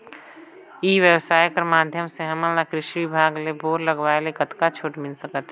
ई व्यवसाय कर माध्यम से हमन ला कृषि विभाग ले बोर लगवाए ले कतका छूट मिल सकत हे?